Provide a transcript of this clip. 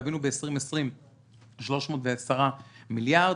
גבינו ב-2020 310 מיליארד.